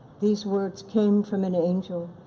these words came from an angel